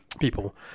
people